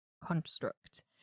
construct